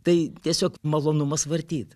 tai tiesiog malonumas vartyt